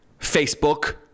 Facebook